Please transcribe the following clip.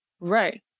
Right